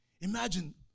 Imagine